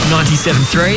97.3